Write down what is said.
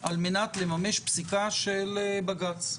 על מנת לממש פסיקה של בג"ץ.